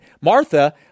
Martha